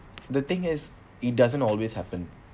the thing is it doesn't always happen